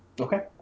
Okay